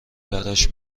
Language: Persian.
براش